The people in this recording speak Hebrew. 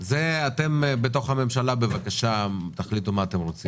אתם בתוך הממשלה תחליטו בבקשה מה אתם רוצים.